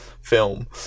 film